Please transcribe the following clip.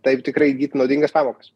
taip tikrai įgyt naudingas pamokas